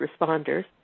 responders